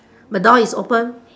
the door is open